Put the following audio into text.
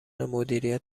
مدیریت